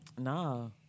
No